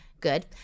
Good